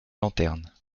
lanterne